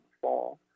fall